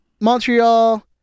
Montreal